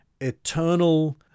eternal